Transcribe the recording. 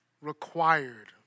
required